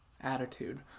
attitude